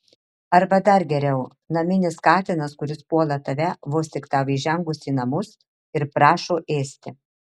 arba dar geriau naminis katinas kuris puola tave vos tik tau įžengus į namus ir prašo ėsti